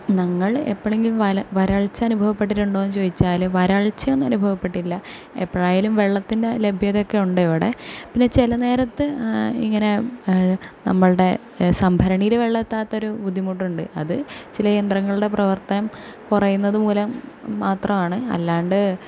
ഞങ്ങൾ എപ്പോഴെങ്കിലും വരൾച്ച അനുഭവപ്പെട്ടിട്ടുണ്ടോ എന്ന് ചോദിച്ചാൽ വരൾച്ചയൊന്നും അനുഭവപ്പെട്ടിട്ടില്ല എപ്പോഴായാലും വെള്ളത്തിൻ്റെ ലഭ്യത ഒക്കെ ഉണ്ട് ഇവിടെ പിന്നെ ചില നേരത്ത് ഇങ്ങനെ നമ്മളുടെ സംഭരണിയിൽ വെള്ളം എത്താത്ത ഒരു ബുദ്ധിമുട്ട് ഉണ്ട് അത് ചില യന്ത്രങ്ങളുടെ പ്രവർത്തനം കുറയുന്നത് മൂലം മാത്രമാണ് അല്ലാതെ